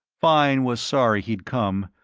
fine was sorry he'd come,